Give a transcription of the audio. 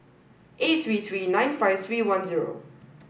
eight three three nine five three one zero